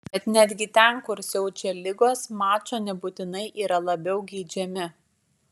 bet netgi ten kur siaučia ligos mačo nebūtinai yra labiau geidžiami